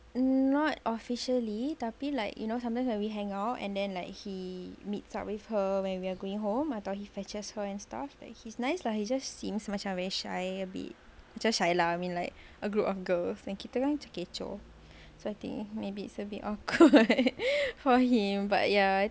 not officially tapi like you know sometimes when we hang out and then like he meets up with her when we're going home I thought he fetches her and stuff like he's nice lah he just seems macam very shy a bit macam shy lah I mean like a group of girls then kita kan kecoh so I think maybe it's a bit awkward for him but ya